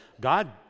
God